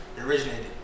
originated